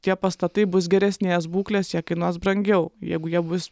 tie pastatai bus geresnės būklės jie kainuos brangiau jeigu jie bus